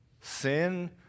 sin